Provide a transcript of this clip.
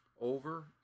over